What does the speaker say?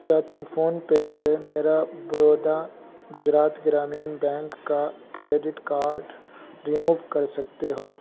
کیا تم فون پے سے میرا برودا گجرات گرامن بینک کا کریڈٹ کارڈ رموو کر سکتے ہو